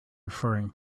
referring